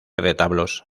retablos